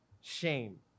shame